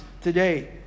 today